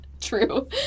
True